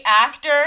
actor